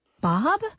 Bob